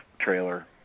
trailer